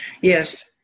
Yes